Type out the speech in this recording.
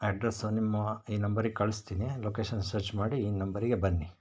ಅಡ್ರೆಸ್ಸಾ ನಿಮ್ಮ ಈ ನಂಬರಿಗೆ ಕಳಿಸ್ತೀನಿ ಲೊಕೇಷನ್ ಸರ್ಚ್ ಮಾಡಿ ಈ ನಂಬರಿಗೆ ಬನ್ನಿ